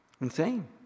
Insane